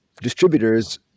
distributors